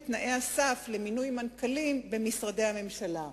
תנאי הסף למינוי מנכ"לים במשרדי הממשלה.